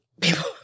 people